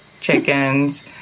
chickens